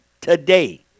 today